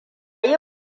yi